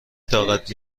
طاقت